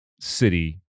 City